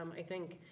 um i think,